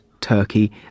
Turkey